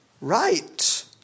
Right